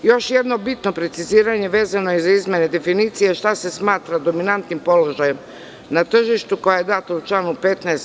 Još jedno bitno preciziranje je vezano za izmene definicije šta se smatra dominantnim položajem na tržištu, a koja je data u članu 15.